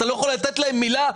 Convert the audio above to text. אתה לא יכול לתת להם מילה,